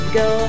go